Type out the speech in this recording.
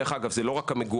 דרך אגב, זה לא רק המגורים.